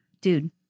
Dude